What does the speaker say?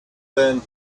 than